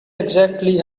exactly